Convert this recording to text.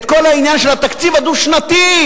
את כל העניין של התקציב הדו-שנתי.